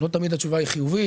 לא תמיד התשובה חיובית,